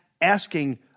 asking